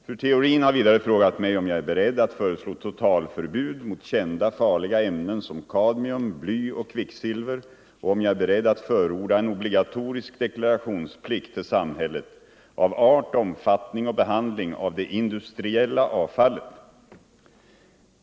Fru Theorin har vidare frågat mig om jag är beredd att föreslå totalförbud mot kända farliga ämnen som kadmium, bly och kvicksilver och om jag är beredd att förorda en obligatorisk deklarationsplikt till samhället av art, omfattning och behandling av det industriella avfallet.